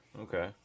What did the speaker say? Okay